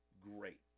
great